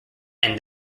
end